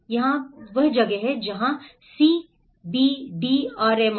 यह वह जगह है जहाँ सीएएम और CBDRM